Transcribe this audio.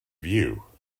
view